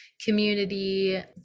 community